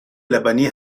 لبنی